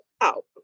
out